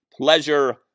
pleasure